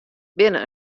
binne